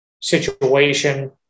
situation